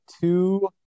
two